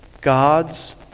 God's